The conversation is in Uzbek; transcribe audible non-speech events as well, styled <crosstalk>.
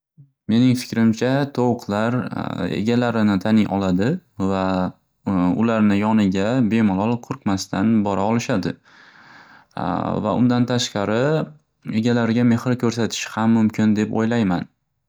Mening fikrimcha tovuqlar egalarini taniy oladi va ularni yoniga bemalol qo'rqmasdan bora olishadi <hesitation> va undan tashqari egalariga mehr ko'rsatishi mumkin deb ham o'ylayman.